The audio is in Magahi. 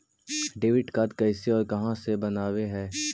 डेबिट कार्ड कैसे और कहां से बनाबे है?